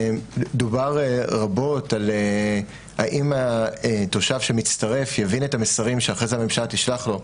דובר רבות על האם תושב שמצטרף יבין את המסרים שאחרי זה הממשלה תשלח לו.